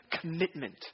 commitment